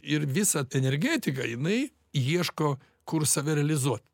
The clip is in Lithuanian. ir visą energetiką jinai ieško kur save realizuot